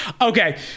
Okay